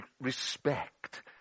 respect